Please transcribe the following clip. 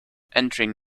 entering